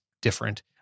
different